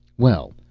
well,